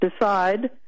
decide